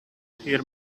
hear